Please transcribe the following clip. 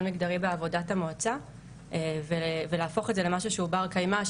מגדרי בעבודת המועצה ולהפוך את זה למשהו שהוא בר קיימא,